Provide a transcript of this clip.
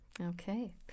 Okay